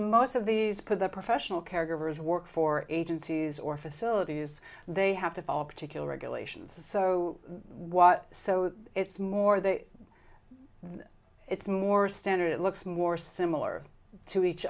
most of these put the professional caregivers work for agencies or facilities they have to follow particular regulations so what so it's more that it's more standard it looks more similar to each